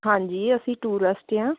ਹਾਂਜੀ ਅਸੀਂ ਟੂਰੈਸਟ ਹਾਂ